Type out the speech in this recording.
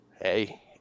Hey